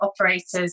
operators